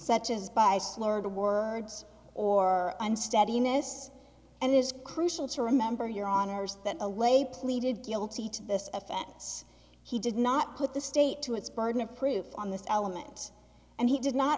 such as by slurred words or unsteadiness and is crucial to remember your honour's that away pleaded guilty to this offense he did not put the state to its burden of proof on this element and he did not